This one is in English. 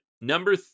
Number